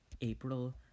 April